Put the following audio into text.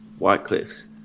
Whitecliffs